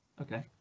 okay